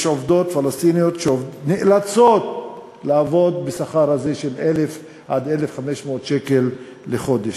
יש עובדות פלסטיניות שנאלצות לעבוד בשכר הזה של 1,000 1,500 שקל לחודש,